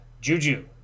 Juju